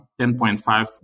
$10.5